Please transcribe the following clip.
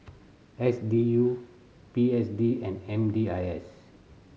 S D U P S D and M D I S